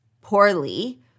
poorly